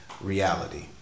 reality